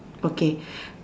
okay